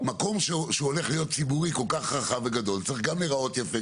מקום שהולך להיות מקום ציבורי כל-כך רחב וגדול צריך גם להיראות יפה,